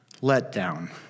letdown